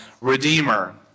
Redeemer